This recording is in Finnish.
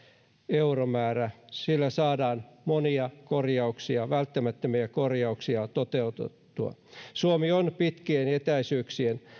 euromäärä sillä saadaan monia korjauksia välttämättömiä korjauksia toteutettua suomi on pitkien etäisyyksien